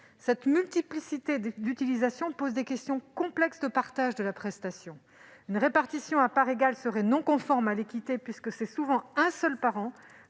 Cette multiplicité d'utilisations pose des questions complexes de partage de la prestation : une répartition à parts égales serait non conforme à l'équité, puisque c'est souvent un seul parent,